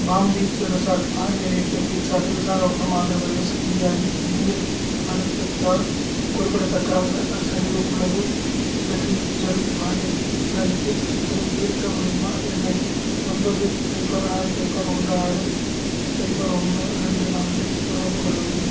bomb beach resort ஆறு ஏழு எட்டு பீச் சாலை விசாகப்பட்டினம் ஆந்திரப் பிரதேஸ் இந்தியா இல் நீர் அழுத்தத்தால் குறிப்பிடத்தக்காத சரிவு உள்ளது தில்லி ஜல் வாரியம் விசாரித்து சிக்கலைத் தீர்க்க முடியுமா என்னை ஒன்பது சைஃபர் ஆறு சைஃபர் ஒன்று ஆறு சைஃபர் ஒன்று ரெண்டு நான்கில் தொடர்பு கொள்ளவும்